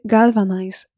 Galvanize